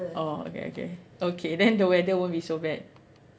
oh okay okay okay then the weather won't be so bad